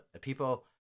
people